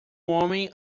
homem